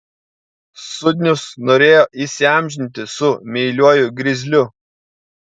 sudnius norėjo įsiamžinti su meiliuoju grizliu